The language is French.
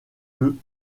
eux